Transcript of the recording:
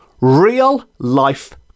real-life